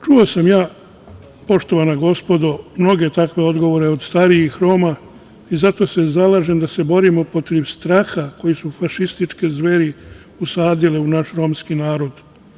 Čuo sam ja, poštovana gospodo, mnoge takve odgovore od starijih Roma i zato se zalažem da se borimo protiv straha koji su fašističke zveri usadile u naš romski narod.